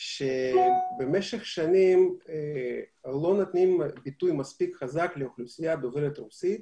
שבמשך שנים לא נותנים ביטוי מספיק חזק לאוכלוסייה דוברת הרוסית.